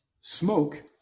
Smoke